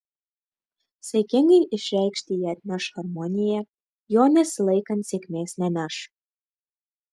saikingai išreikšti jie atneš harmoniją jo nesilaikant sėkmės neneš